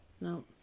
No